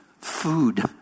food